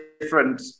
different